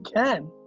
can.